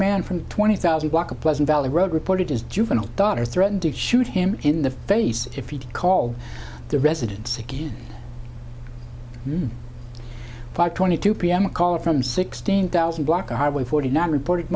man from twenty thousand block a pleasant valley road reported his juvenile daughter threatened to shoot him in the face if he called the residence again five twenty two p m a caller from sixteen thousand block of highway forty nine reported